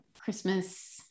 Christmas